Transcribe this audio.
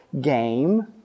game